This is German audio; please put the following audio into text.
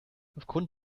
aufgrund